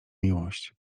miłość